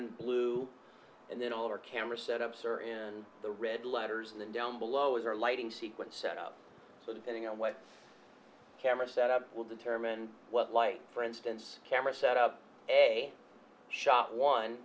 in blue and then all of our camera set ups are in the red letters and then down below is our lighting sequence set up so depending on what camera set up will determine what like for instance camera set up a shot one